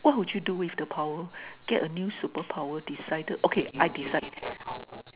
what would you do with the power get a new superpower decided okay I decide